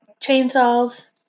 chainsaws